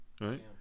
Right